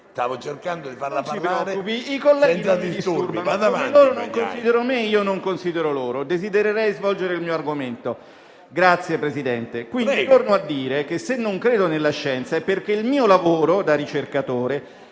stavo cercando di farla parlare senza disturbi. Vada pure avanti,